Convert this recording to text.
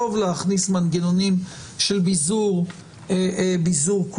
טוב להכניס מנגנונים של ביזור כוח.